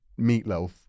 Meatloaf